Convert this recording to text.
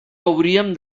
hauríem